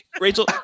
Rachel